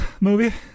movie